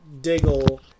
Diggle